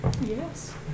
Yes